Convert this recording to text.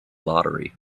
lottery